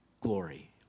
glory